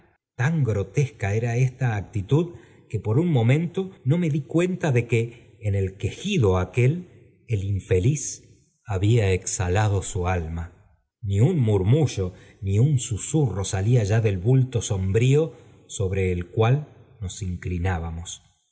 tan grotesca era esta actitud que por un momento no me di cuenta de que en el quejido aquel el infeliz había exhalado su alma ni un murmullo ni un susurro salía ya del bulto sombrío sobre el cual nos inclinábamos